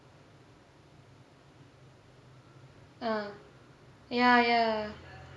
ah ya ya